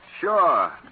sure